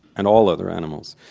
and all other animals.